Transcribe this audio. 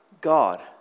God